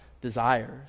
desires